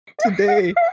today